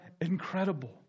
Incredible